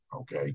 Okay